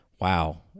wow